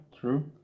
true